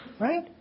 right